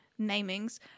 namings